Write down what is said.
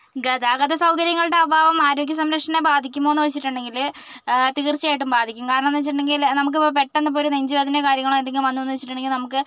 ഗതാഗത സൗകര്യങ്ങളുടെ അഭാവം ആരോഗ്യ സംരക്ഷണത്തെ ബാധിക്കുമോ എന്ന് ചോദിച്ചിട്ടുണ്ടെങ്കിൽ തീർച്ചയായും ബാധിക്കും കാരണം എന്ന് വെച്ചിട്ടുണ്ടെങ്കിൽ നമുക്കിപ്പം പെട്ടെന്നിപ്പൊരു നെഞ്ച് വേദന കാര്യങ്ങൾ വന്നുവെന്ന് വെച്ചിട്ടുണ്ടെങ്കിൽ നമുക്ക്